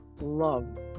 love